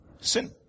Sin